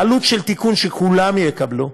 העלות של תיקון שכולם יקבלו,